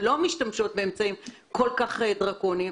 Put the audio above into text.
הנגיף ולא משתמשות באמצעים כל כך דרקוניים?